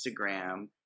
Instagram